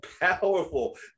powerful